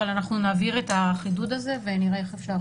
אבל אנחנו נעביר את החידוד הזה ונראה איך אפשר